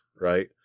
right